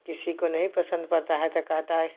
किसी को नहीं पसन्द पड़ता है तो कहता है